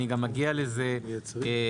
אני גם אגיע לזה עכשיו.